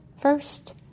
first